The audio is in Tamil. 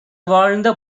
வாழ்ந்த